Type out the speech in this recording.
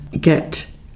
get